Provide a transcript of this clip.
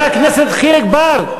הוא אומר למדינות ערב, חבר הכנסת חיליק בר,